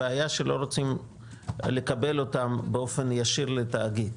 הבעיה שלא רוצים לקבל אותן באופן ישיר לתאגיד.